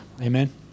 amen